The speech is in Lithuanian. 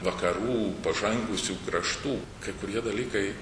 vakarų pažengusių kraštų kai kurie dalykai